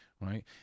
right